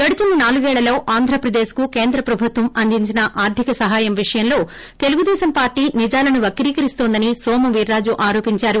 గడచిన నాలుగేళ్లలో ఆంధ్రప్రదేశ్కు కేంద్ర ప్రభుత్వం అందించిన ఆర్లిక సహాయం విషయంలో తెలుగుదేశం పార్లీ నిజాలను వక్రీకరిస్తోందని నోమువీర్రాజు ఆరోపించారు